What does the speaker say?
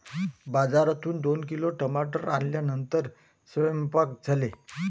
बाजारातून दोन किलो टमाटर आणल्यानंतर सेवन्पाक झाले